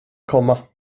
komma